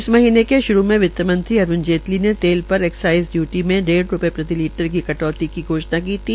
इस महीनें के श्रू में वित्तमंत्री अरूण जेटली ने तेल पर एक्साईज डयूटी में डेढ़ रूपये प्रति लीटर की कटौती की घोषणा की थी